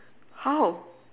how